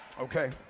Okay